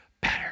better